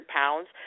pounds